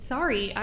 Sorry